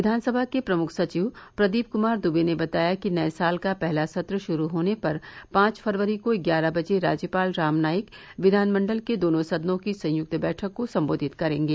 विधानसभा के प्रमुख सचिव प्रदीप कुमार दुबे ने बताया है कि नये साल का पहला सत्र शुरू होने पर पांच फरवरी को ग्यारह बजे राज्यपाल राम नाईक विधानमंडल के दोनों सदनों की संयक्त बैठक को संबोधित करेंगे